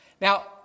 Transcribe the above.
Now